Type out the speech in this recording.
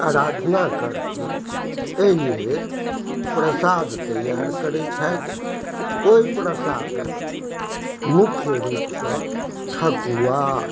आराधना करती एहि लऽ कऽ प्रसाद तैआर करै छथि ओहि प्रसादमे मुख्य रूपसँ ठकुआ